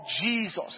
Jesus